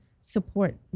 support